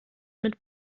mit